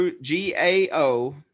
G-A-O